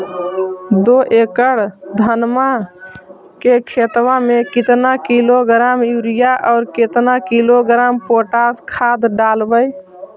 दो एकड़ धनमा के खेतबा में केतना किलोग्राम युरिया और केतना किलोग्राम पोटास खाद डलबई?